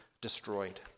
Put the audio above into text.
destroyed